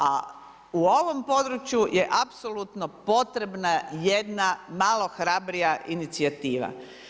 A u ovom području je apsolutno potrebna jedna malo hrabrija inicijativa.